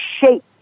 shape